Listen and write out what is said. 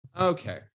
Okay